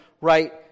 right